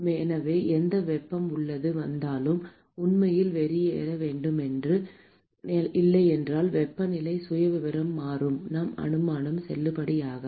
எனவே எந்த வெப்பம் உள்ளே வந்தாலும் உண்மையில் வெளியேற வேண்டும் இல்லையெனில் வெப்பநிலை சுயவிவரம் மாறும் நம் அனுமானம் செல்லுபடியாகாது